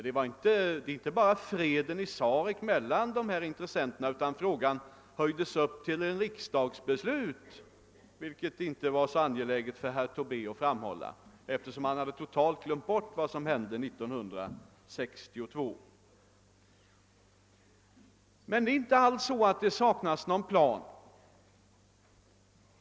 Det gäller alltså inte bara freden i Sarek mellan intressenterna, utan frågan höjdes upp till riksdagsbeslut, vilket tydligen inte var så angeläget för herr Tobé att framhålla — han hade totalt glömt bort vad som hände 1962. Men det är inte alls så att det saknas en plan.